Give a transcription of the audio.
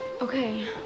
Okay